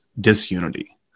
disunity